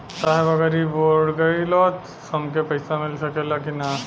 साहब अगर इ बोडखो गईलतऽ हमके पैसा मिल सकेला की ना?